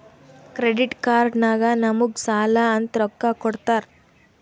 credit card ನಾಗ್ ನಮುಗ್ ಸಾಲ ಅಂತ್ ರೊಕ್ಕಾ ಕೊಡ್ತಾರ್